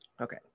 okay